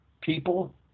people